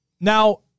Now